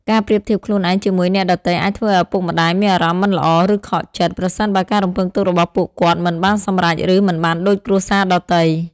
ការប្រៀបធៀបខ្លួនឯងជាមួយអ្នកដទៃអាចធ្វើឱ្យឪពុកម្ដាយមានអារម្មណ៍មិនល្អ ឬខកចិត្ត ប្រសិនបើការរំពឹងទុករបស់ពួកគាត់មិនបានសម្រេច ឬមិនបានដូចគ្រួសារដទៃ។